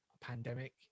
pandemic